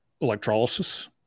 electrolysis